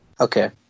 Okay